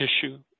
tissue